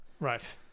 Right